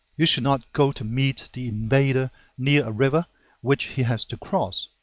you should not go to meet the invader near a river which he has to cross.